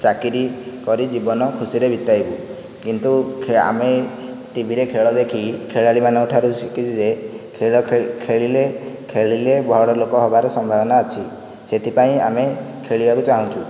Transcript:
ଚାକିରି କରି ଜୀବନ ଖୁସିରେ ବିତାଇବୁ କିନ୍ତୁ ଆମେ ଟିଭିରେ ଖେଳ ଦେଖି ଖେଳାଳୀ ମାନଙ୍କଠାରୁ ଶିଖିଛୁ ଯେ ଖେଳ ଖେଳିଲେ ବଡ଼ ଲୋକ ହେବାର ସମ୍ଭାବନା ଅଛି ସେଥିପାଇଁ ଆମେ ଖେଳିବାକୁ ଚାହୁଁଛୁ